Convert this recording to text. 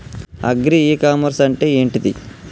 Agri e commerce అంటే ఏంటిది?